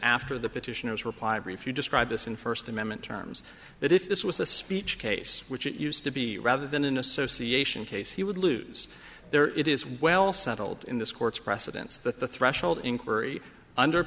after the petitioners reply brief you describe this in first amendment terms that if this was a speech case which it used to be rather than an association case he would lose there it is well settled in this court's precedents that the threshold inquiry under